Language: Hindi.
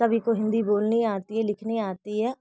सभी को हिन्दी बोलनी आती है लिखनी आती है